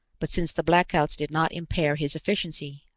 but since the blackouts did not impair his efficiency,